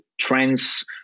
trends